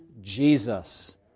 Jesus